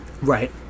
Right